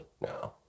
No